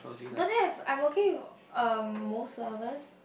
don't have I am okay with um most flowers